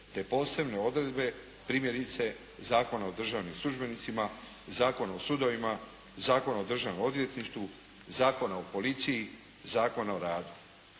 te posebne odredbe primjerice Zakona o državnim službenicima, Zakona o sudovima, Zakona o Državnom odvjetništvu, Zakona o policiji, Zakona o radu.